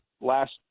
last